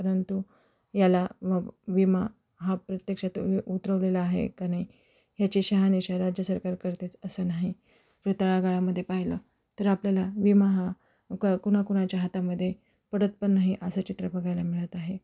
परंतु याला व विमा हा प्रत्यक्षात उतरवलेला आहे का नाही याची शहानिशा राज्य सरकार करतेच असं नाही व तळागाळामध्ये पाहिलं तर आपल्याला विमा हा क कोणाकोणाच्या हातामध्ये पडत पण नाही असं चित्र बघायला मिळत आहे